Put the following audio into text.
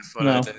No